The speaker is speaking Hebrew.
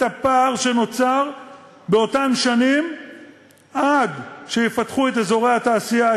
הפער שנוצר באותן שנים עד שיפַתחו את אזורי התעשייה,